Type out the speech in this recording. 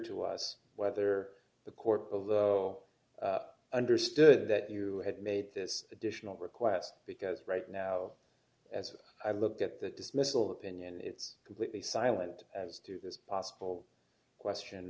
to us whether the court of the law understood that you had made this additional requests because right now as i looked at that dismissal opinion it's completely silent as to this possible question